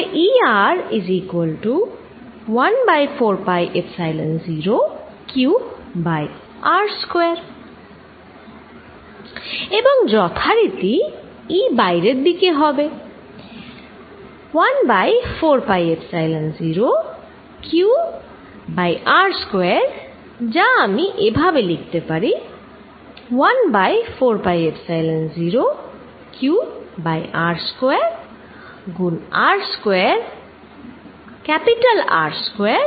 এবং যথারীতি E বাইরের দিকে হবে 1 ভাগ 4 পাই এপসাইলন 0 Q ভাগ r স্কয়ার যা আমি এভাবে লিখতে পারি 1 বাই 4 পাই এপসাইলন 0 Q ভাগ R স্কয়ার গুনিতক R স্কয়ার ভাগ r স্কয়ার